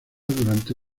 durante